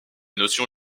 notion